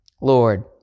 Lord